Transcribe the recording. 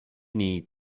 need